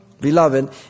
Beloved